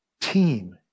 Team